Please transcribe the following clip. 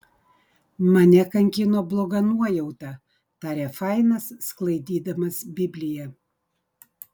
mane kankino bloga nuojauta tarė fainas sklaidydamas bibliją